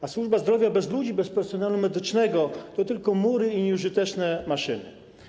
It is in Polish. A służba zdrowia bez ludzi, bez personelu medycznego to tylko mury i nieużyteczne maszyny.